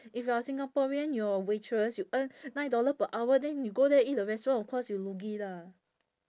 if you are singaporean you're a waitress you earn nine dollar per hour then you go there eat the restaurant of course you lugi lah